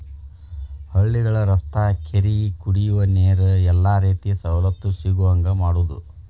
ಹಳ್ಳಿಗಳ ರಸ್ತಾ ಕೆರಿ ಕುಡಿಯುವ ನೇರ ಎಲ್ಲಾ ರೇತಿ ಸವಲತ್ತು ಸಿಗುಹಂಗ ಮಾಡುದ